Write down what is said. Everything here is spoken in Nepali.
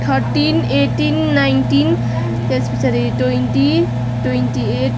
थर्टिन एटिन नाइन्टिन त्यस पछाडि ट्वेन्टी ट्वेन्टी एट